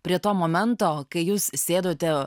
prie to momento kai jūs sėdote